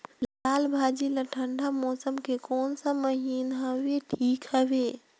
लालभाजी ला ठंडा मौसम के कोन सा महीन हवे ठीक हवे?